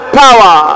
power